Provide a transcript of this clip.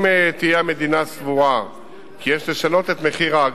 אם תהיה המדינה סבורה כי יש לשנות את מחיר האגרה,